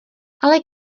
ale